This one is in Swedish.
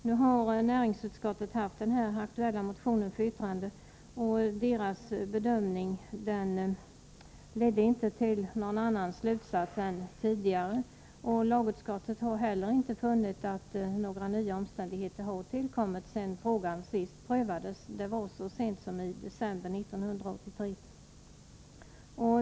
Nu har näringsutskottet haft den här aktuella motionen för yttrande. Utskottets bedömning ledde inte till någon annan slutsats än tidigare. Lagutskottet har heller inte funnit att några nya omständigheter har tillkommit sedan frågan senast prövades, vilket var så sent som i december 1983.